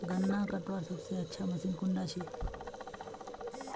गन्ना कटवार सबसे अच्छा मशीन कुन डा छे?